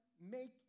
make